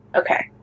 Okay